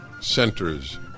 centers